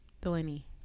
Delaney